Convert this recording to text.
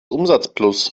umsatzplus